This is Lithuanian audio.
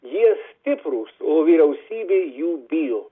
jie stiprūs o vyriausybė jų bijo